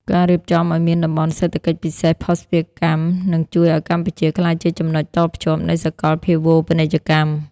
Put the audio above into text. ការរៀបចំឱ្យមាន "តំបន់សេដ្ឋកិច្ចពិសេសភស្តុភារកម្ម" នឹងជួយឱ្យកម្ពុជាក្លាយជាចំណុចតភ្ជាប់នៃសកលភាវូបនីយកម្ម។